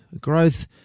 Growth